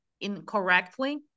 incorrectly